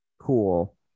cool